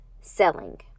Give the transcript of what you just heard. selling